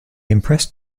impressed